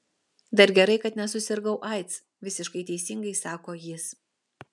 dar gerai kad nesusirgau aids visiškai teisingai sako jis